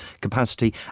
capacity